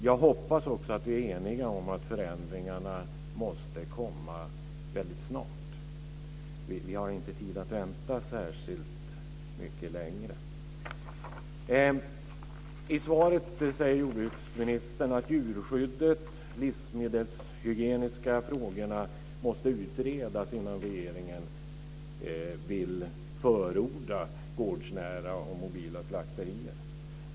Jag hoppas också att vi är eniga om att förändringarna måste komma väldigt snart. Vi har inte tid att vänta särskilt mycket längre. I svaret säger jordbruksministern att djurskyddet och de livsmedelshygieniska frågorna måste utredas innan regeringen vill förorda gårdsnära och mobila slakterier.